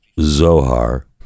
Zohar